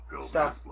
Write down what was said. stop